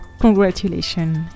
congratulations